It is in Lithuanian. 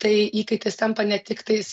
tai įkaitais tampa ne tiktais